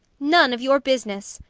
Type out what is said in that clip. none of your business,